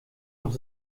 noch